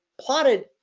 plotted